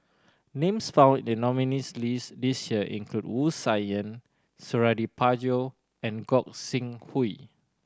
names found in the nominees' list this year include Wu Tsai Yen Suradi Parjo and Gog Sing Hooi